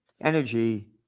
energy